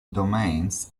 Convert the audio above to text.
domains